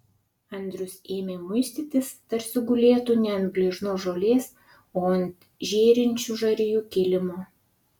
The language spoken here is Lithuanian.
andrius ėmė muistytis tarsi gulėtų ne ant gležnos žolės o ant žėrinčių žarijų kilimo